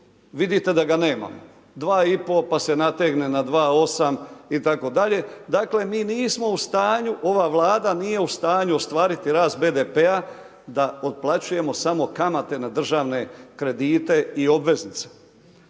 Vidite da ga nemamo, 2,5, pa se nategne na 2,8 itd. Dakle mi nismo u stanju, ova Vlada nije su stanju ostvariti rast BDP-a da otplaćujemo samo kamate na državne kredite i obveznice.